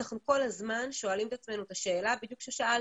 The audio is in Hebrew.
אנחנו כל הזמן שואלים את עצמנו בדיוק את השאלה ששאלת: